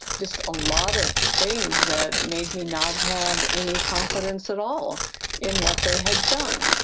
just a lot of things that made me not have any confidence at all in what they had done.